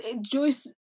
Joyce